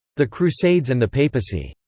the crusades and the papacy.